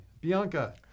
Bianca